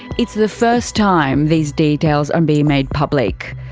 it's the first time these details are being made public.